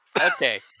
Okay